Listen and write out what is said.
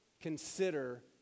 consider